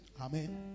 Amen